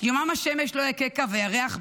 יומם השמש לא יככה וירח בלילה.